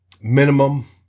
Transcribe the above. Minimum